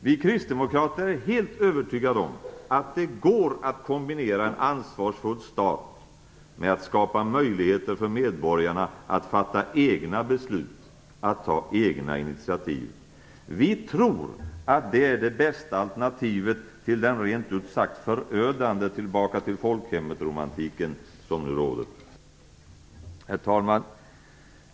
Vi kristdemokrater är helt övertygade om att det går att kombinera en ansvarsfull stat med skapande av möjligheter för medborgarna att fatta egna beslut, att ta egna initiativ. Vi tror att detta är det bästa alternativet till den rent ut sagt förödande tillbaka-tillfolkhemmet-romantik som nu råder. Herr talman!